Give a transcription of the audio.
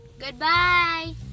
Goodbye